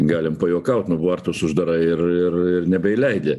galim pajuokaut nu vartus uždarai ir ir ir nebeįleidi